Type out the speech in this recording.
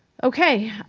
okay.